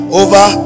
over